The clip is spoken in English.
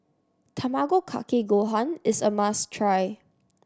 Tamago Kake Gohan is a must try